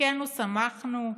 חלקנו שמחנו,